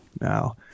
now